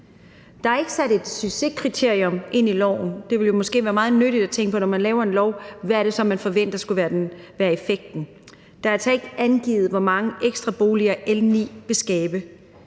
Der er ikke sat et succeskriterium ind i loven. Det ville jo måske være meget nyttigt, når man laver en lov, at tænke på, hvad det så er, man forventer skulle være effekten. Det er altså ikke angivet, hvor mange ekstra boliger L 9 vil skabe.